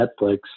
Netflix